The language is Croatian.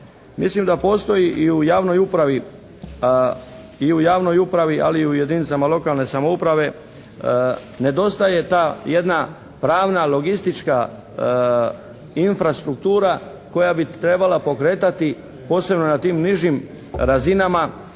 Mislim da postoji i u javnoj upravi, ali i u jedinicama lokalne samouprave, nedostaje ta jedna pravna, logistička infrastruktura koja bi trebala pokretati posebno na tim nižim razinama